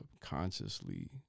consciously